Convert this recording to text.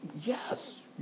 yes